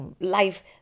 life